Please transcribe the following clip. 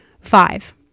Five